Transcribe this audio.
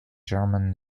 german